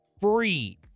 free